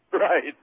Right